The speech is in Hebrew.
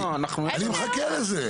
אני מחכה לזה.